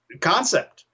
concept